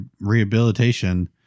rehabilitation